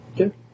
Okay